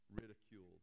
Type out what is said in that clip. ridiculed